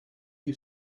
you